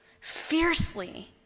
fiercely